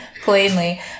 plainly